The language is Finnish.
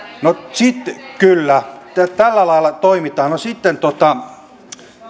kyllä tällä lailla toimitaan no sitten